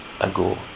ago